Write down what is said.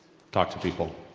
talk to people,